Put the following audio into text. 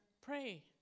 pray